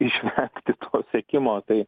išvengti to siekimo tai